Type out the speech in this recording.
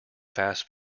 fast